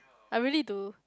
I really do